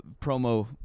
promo